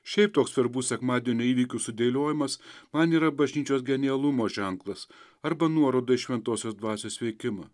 šiaip toks svarbus sekmadienio įvykių sudėliojimas man yra bažnyčios genialumo ženklas arba nuoroda į šventosios dvasios veikimą